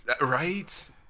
Right